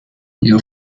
your